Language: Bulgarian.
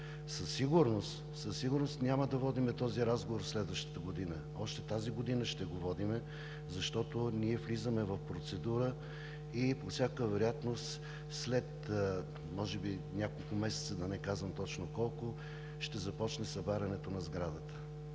със сигурност няма да водим този разговор следващата година. Още тази година ще го водим, защото ние влизаме в процедура и по всяка вероятност може би след няколко месеца, да не казвам точно колко, ще започне събарянето на сградата.